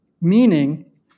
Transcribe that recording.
meaning